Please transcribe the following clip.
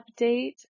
update